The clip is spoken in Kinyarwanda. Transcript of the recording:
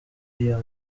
iyo